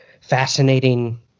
fascinating